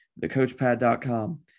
thecoachpad.com